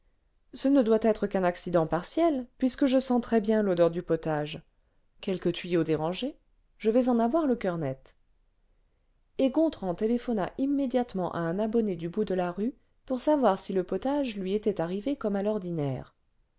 ce ne doit être qu'un accident partiel puisque je sens très-bien l'odeur du potage quelque tuyau dérangé je vais en avoù le coeur net et gontran téléphona immédiatement à un abonné du bout de la rue pour savoir si le potage lui était arrivé comme à l'ordinaire